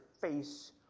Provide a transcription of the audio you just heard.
face